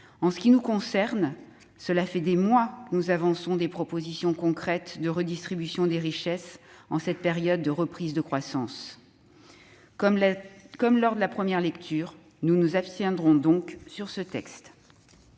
En ce qui nous concerne, cela fait des mois que nous avançons des propositions concrètes de redistribution des richesses en cette période de reprise de la croissance. Comme lors de son examen en première lecture, nous nous abstiendrons donc sur ce texte.